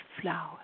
flower